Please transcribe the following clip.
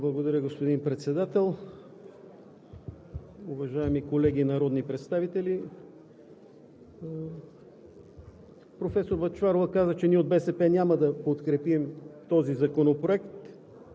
Благодаря, господин Председател. Уважаеми колеги народни представители! Професор Бъчварова каза, че от БСП няма да подкрепим този законопроект.